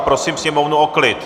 Prosím sněmovnu o klid.